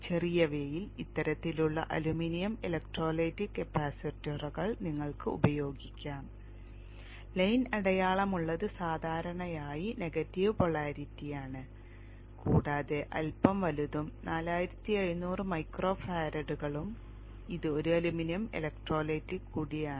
ചെറിയവയിൽ ഇത്തരത്തിലുള്ള aluminium electrolytic കപ്പാസിറ്ററുകൾ നിങ്ങൾക്ക് ഉപയോഗിക്കാം ലൈൻ അടയാളമുള്ളത് സാധാരണയായി നെഗറ്റീവ് പോളാരിറ്റിയാണ് കൂടാതെ അൽപ്പം വലുതും 4700 മൈക്രോ ഫാരഡുകളും ഇത് ഒരു അലുമിനിയം ഇലക്ട്രോലൈറ്റിക് കൂടിയാണ്